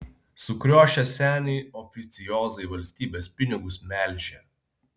sukriošę seniai oficiozai valstybės pinigus melžia